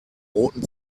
roten